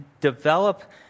develop